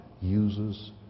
uses